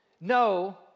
No